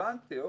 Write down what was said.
הבנתי.